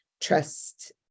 trust